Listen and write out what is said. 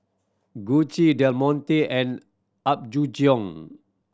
Gucci Del Monte and Apgujeong